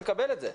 אני מקבל את זה,